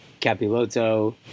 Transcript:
Capiloto